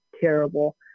terrible